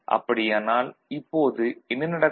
அப்படியானால் இப்போது என்ன நடக்கும்